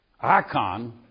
icon